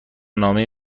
نامه